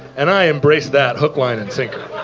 and i embraced that hook, line, and sinker.